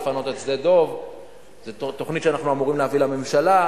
ולפנות את שדה-דב זו תוכנית שאנחנו אמורים להביא לממשלה.